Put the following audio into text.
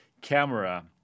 camera